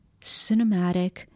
cinematic